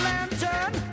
Lantern